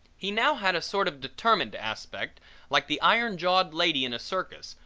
he now had a sort of determined aspect like the iron jawed lady in a circus,